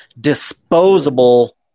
disposable